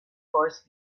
horse